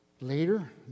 Later